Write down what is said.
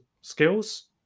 skills